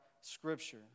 Scripture